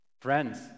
Friends